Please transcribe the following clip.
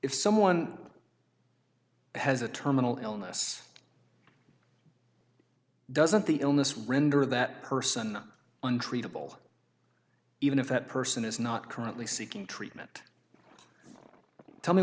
if someone has a terminal illness doesn't the illness render that person untreatable even if that person is not currently seeking treatment tell me